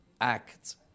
act